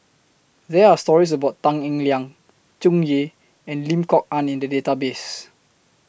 There Are stories about Tan Eng Liang Tsung Yeh and Lim Kok Ann in The Database